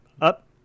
up